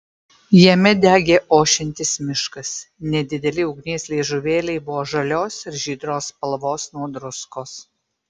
jame degė ošiantis miškas nedideli ugnies liežuvėliai buvo žalios ir žydros spalvos nuo druskos